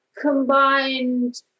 combined